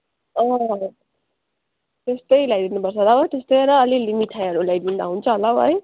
अँ त्यस्तै ल्याइदिनु पर्छ ल त्यस्तै र अलिअलि मिठाईहरू ल्याइदिँदा हुन्छ होला है